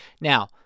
Now